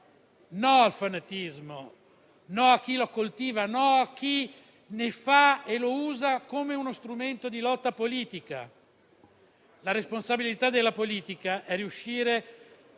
No al fanatismo, no a chi lo coltiva, no chi lo usa come uno strumento di lotta politica. La responsabilità della politica è riuscire